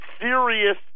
serious